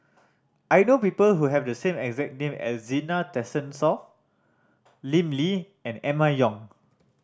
I know people who have the same exact name as Zena Tessensohn Lim Lee and Emma Yong